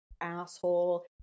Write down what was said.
asshole